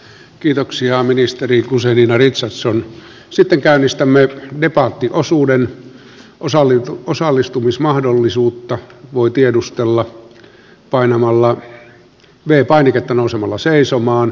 kiitoksia ministerit nousevina ritsos on sitten käynnistämme debattiosuuden osalli osallistumismahdollisuutta voi tiedustella painamalla vei painiketta nousemalla seisomaan